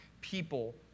people